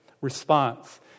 response